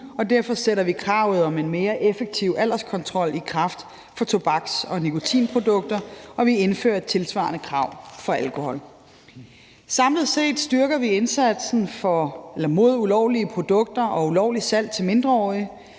og derfor sætter vi kravet om en mere effektiv alderskontrol i kraft for tobaks- og nikotinprodukter, og vi indfører et tilsvarende krav for alkohol. Samlet set styrker vi indsatsen mod ulovlige produkter og ulovligt salg til mindreårige.